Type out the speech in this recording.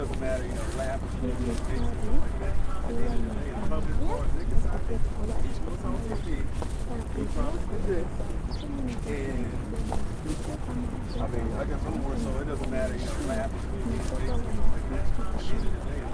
Hili gari huwa ni ya familia ya kubeba watu ama kubeba abiria kwa barabara. Tena inaweza kuwa ni ya kubeba mzigo ama kubeba wanafunzi inaweza kuwa ni ya shule na beba wanafunzi wa shule.